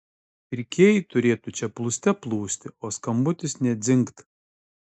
pirkėjai turėtų čia plūste plūsti o skambutis nė dzingt